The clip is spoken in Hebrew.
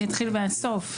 אני אתחיל מהסוף,